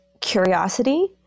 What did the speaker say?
curiosity